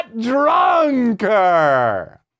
Drunker